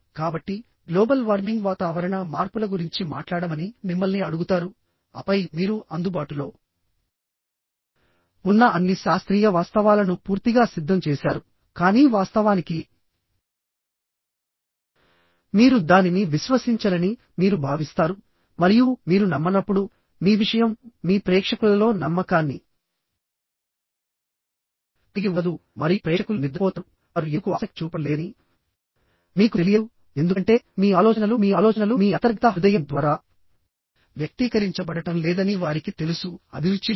కాబట్టిగ్లోబల్ warming వాతావరణ మార్పుల గురించి మాట్లాడమని మిమ్మల్ని అడుగుతారు ఆపై మీరు అందుబాటులో ఉన్న అన్ని శాస్త్రీయ వాస్తవాలను పూర్తిగా సిద్ధం చేసారుకానీ వాస్తవానికి మీరు దానిని విశ్వసించరని మీరు భావిస్తారు మరియు మీరు నమ్మనప్పుడు మీ విషయం మీ ప్రేక్షకులలో నమ్మకాన్ని కలిగి ఉండదు మరియు ప్రేక్షకులు నిద్రపోతారు వారు ఎందుకు ఆసక్తి చూపడం లేదని మీకు తెలియదు ఎందుకంటే మీ ఆలోచనలు మీ ఆలోచనలు మీ అంతర్గత హృదయం ద్వారా వ్యక్తీకరించబడటం లేదని వారికి తెలుసు అభిరుచి లేదు